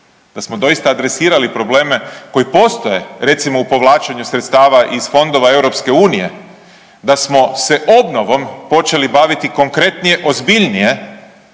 da smo doista adresirali probleme koji postoje recimo u povlačenju sredstava iz fondova EU, da smo se obnovom počeli baviti konkretnije, ozbiljnije,